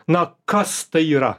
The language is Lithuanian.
na kas tai yra